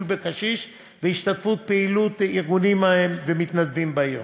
בקשיש והשתתפות בפעילות ארגוני המתנדבים בעיר,